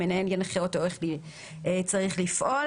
המנהל ינחה אותו איך צריך לפעול